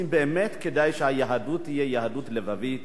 באמת כדאי שהיהדות תהיה יהדות לבבית,